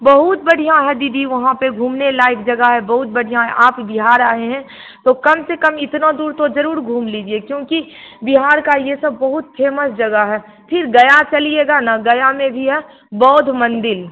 बहुत बढ़िया है दीदी वहाँ पर घूमने लायक़ जगह है बहुत बढ़िया है आप बिहार आए हैं तो कम से कम इतना दूर तो ज़रूर घूम लीजिए क्योंकि बिहार की यह सब बहुत फेमस जगह है फिर गया चलिएगा ना गया में भी ना बौद्ध मंदिर